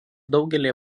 daugelyje